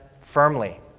firmly